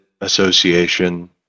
association